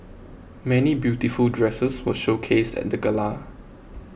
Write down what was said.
many beautiful dresses were showcased at the Gala